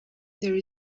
there